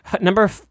number